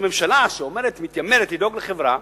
שממשלה שאומרת ומתיימרת לדאוג לחברה,